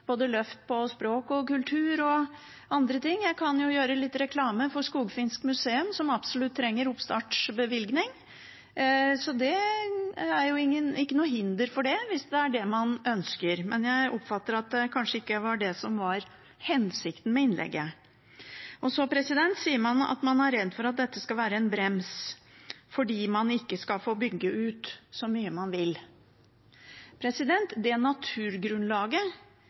løft på både språk, kultur og andre ting. Jeg kan gjøre litt reklame for Norsk Skogfinsk Museum, som absolutt trenger oppstartsbevilgning. Så det er ikke noe hinder for det, hvis det er det man ønsker. Men jeg oppfatter det slik at det kanskje ikke var det som var hensikten med innlegget. Så sier man at man er redd for at dette skal være en brems, fordi man ikke skal få bygge ut så mye man vil. Det naturgrunnlaget som er